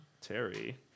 Terry